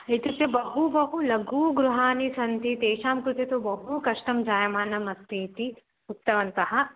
इत्युक्ते बहु बहु लघु गृहाणि सन्ति तेषां कृते तु बहु कष्टं जायमानम् अस्ति इति उक्तवन्तः